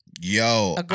yo